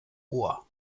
ohr